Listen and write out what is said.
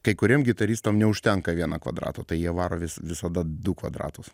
kai kuriem gitaristams neužtenka vieno kvadrato tai jie varo vis visada du kvadratus